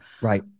Right